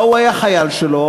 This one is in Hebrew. וההוא היה חייל שלו,